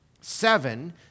Seven